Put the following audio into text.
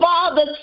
Father